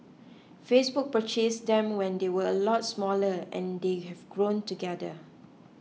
Facebook purchased them when they were a lot smaller and they have grown together